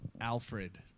Alfred